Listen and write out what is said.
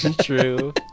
true